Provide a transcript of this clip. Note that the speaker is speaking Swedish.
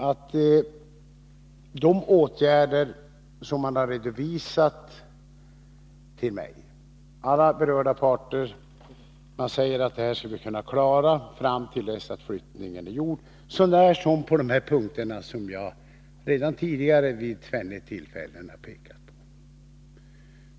Alla berörda parter har till mig framfört att man till dess att flyttningen är genomförd skall kunna klara allt, så när som på de punkter som jag vid tvenne tidigare tillfällen har redogjort för.